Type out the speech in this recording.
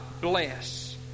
bless